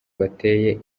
bateye